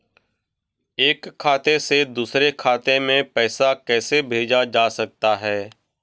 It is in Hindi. एक खाते से दूसरे खाते में पैसा कैसे भेजा जा सकता है?